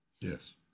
Yes